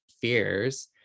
fears